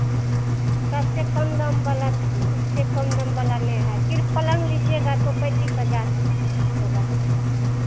सबसे कम दाम वाला इससे कम दाम वाला नहीं है सिर्फ पलंग लीजिएगा तो पैंतीस हज़ार होगा